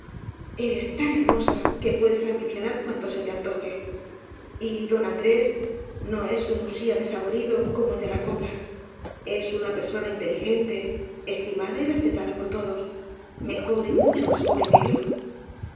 eres tan hermosa que puedes ambicio nar cuanto se te antoje y don andrés no es un usía desaborido como el de la copla es una perso na inteligente estimada y respetada por todos me jor y mucho más joven que yo